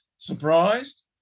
surprised